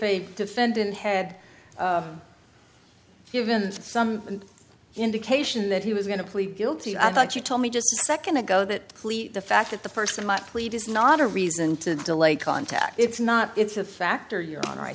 a defendant had given some indication that he was going to plead guilty i thought you told me just a second ago that the fact that the person might plead is not a reason to delay contact it's not it's a factor your honor i